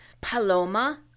Paloma